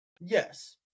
Yes